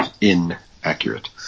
inaccurate